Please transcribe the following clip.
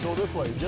this way,